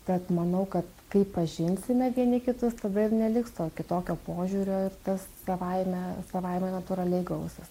tad manau kad kai pažinsime vieni kitus tada ir neliks to kitokio požiūrio ir tas savaime savaime natūraliai gausis